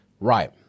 right